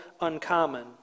uncommon